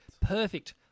Perfect